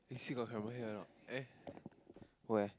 eh see got camera here or not eh where